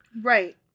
Right